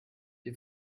die